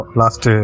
last